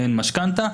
מעין משכנתה.